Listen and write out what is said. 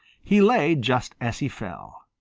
he lay just as he fell.